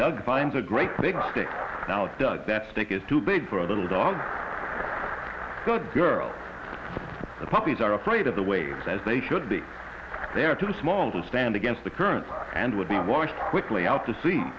dug finds a great big stick now does that stick is too big for a little dog good girl the puppies are afraid of the waves as they should be they are too small to stand against the currents and would be washed quickly out to se